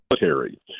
military